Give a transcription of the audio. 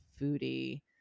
foodie